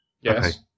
Yes